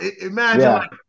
imagine